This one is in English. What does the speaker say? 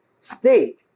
state